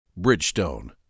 Bridgestone